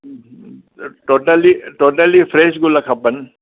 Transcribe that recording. totally totally fresh गुल खपनि